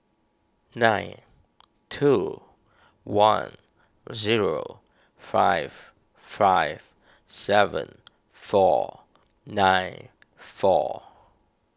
nine two one zero five five seven four nine four